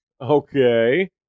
Okay